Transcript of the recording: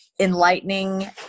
enlightening